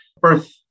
birth